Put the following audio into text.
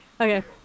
Okay